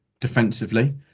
defensively